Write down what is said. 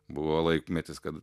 buvo laikmetis kad